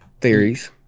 theories